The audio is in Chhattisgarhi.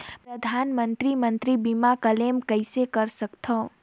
परधानमंतरी मंतरी बीमा क्लेम कइसे कर सकथव?